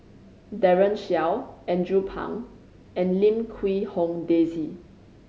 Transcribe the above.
Daren Shiau Andrew Phang and Lim Quee Hong Daisy